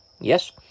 Yes